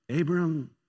Abram